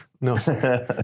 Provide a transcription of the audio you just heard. No